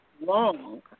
long